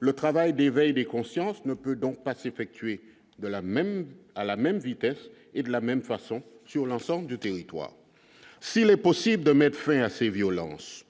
le travail d'éveil des consciences ne peut donc pas s'effectuer de la même à la même vitesse et de la même façon sur l'ensemble du territoire s'il est possible de mette fin à ces violences,